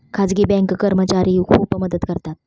खाजगी बँक कर्मचारी खूप मदत करतात